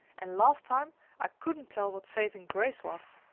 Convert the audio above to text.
and last time i couldn't tell what saving grace was!